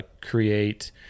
create